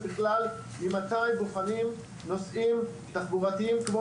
ובכלל ממתי בוחנים נושאים תחבורתיים כמו